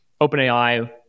OpenAI